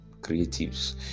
creatives